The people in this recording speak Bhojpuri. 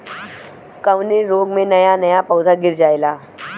कवने रोग में नया नया पौधा गिर जयेला?